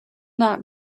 not